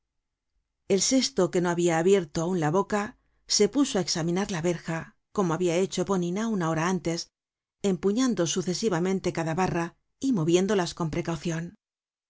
el sesto que no habia habierto aun la boca se puso á examinar la verja como habia hecho eponina una hora antes empuñando sucesivamente cada barra y moviéndolas con precaucion